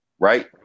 Right